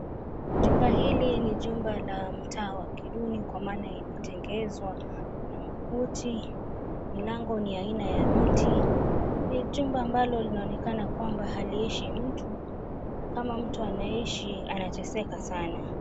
Jumba hili ni jumba la mtaa wa kiduni kwa maana imetengenezwa na makuti, mlango ni aina ya mti ni jumba ambalo linaonekana kwamba haliishi mtu na kama mtu anaishi anateseka sana.